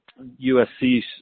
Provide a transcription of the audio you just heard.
USC